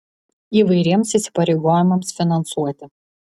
įvairiems įsipareigojimams finansuoti